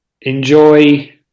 enjoy